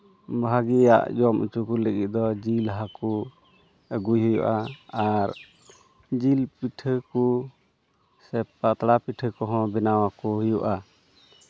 ᱵᱷᱟᱹᱜᱤᱭᱟᱜ ᱡᱚᱢ ᱦᱚᱪᱚ ᱠᱚ ᱞᱟᱹᱜᱤᱫ ᱫᱚ ᱡᱤᱞ ᱦᱟᱹᱠᱩ ᱟᱹᱜᱩᱭ ᱦᱩᱭᱩᱜᱼᱟ ᱟᱨ ᱡᱤᱞ ᱯᱤᱴᱷᱟᱹ ᱠᱚ ᱥᱮ ᱯᱟᱛᱲᱟ ᱯᱤᱴᱷᱟᱹ ᱠᱚᱦᱚᱸ ᱵᱮᱱᱟᱣ ᱟᱠᱚ ᱦᱩᱭᱩᱜᱼᱟ